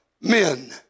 men